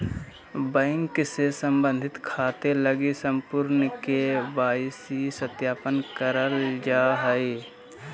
bank से संबंधित खाते लगी संपूर्ण के.वाई.सी सत्यापन करल जा हइ